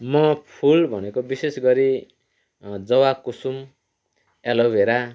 म फुल भनेको विशेष गरी जवाकुसुम एलोभेरा